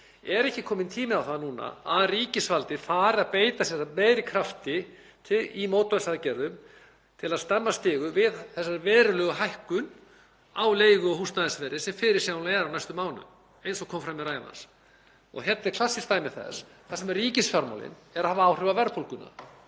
Er ekki kominn tími á það núna að ríkisvaldið fari að beita sér af meiri krafti í mótvægisaðgerðum til að stemma stigu við þessari verulegu hækkun á leigu- og húsnæðisverði sem fyrirsjáanleg er á næstu mánuðum, eins og kom fram í ræðu hans. Hér er klassískt dæmi þess þar sem ríkisfjármálin eru að hafa áhrif á verðbólguna.